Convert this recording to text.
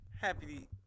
happy